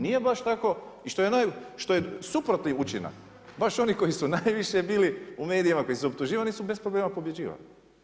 Nije baš tako i što je suprotni učinak, baš oni koji su najviše bili u medijima, koji su optuživani su bez problema pobjeđivali.